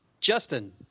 Justin